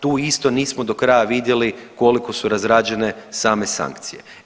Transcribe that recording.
Tu isto nismo do kraja vidjeli koliko su razrađene same sankcije.